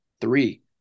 three